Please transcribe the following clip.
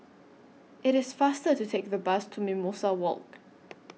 IT IS faster to Take The Bus to Mimosa Walk